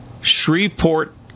Shreveport